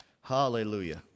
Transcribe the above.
Hallelujah